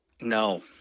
No